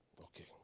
Okay